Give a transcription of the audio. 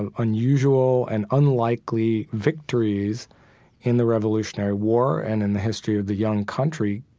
um unusual and unlikely victories in the revolutionary war, and in the history of the young country,